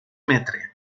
metre